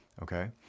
Okay